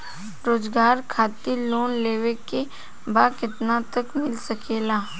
रोजगार खातिर लोन लेवेके बा कितना तक मिल सकेला?